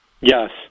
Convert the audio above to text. Yes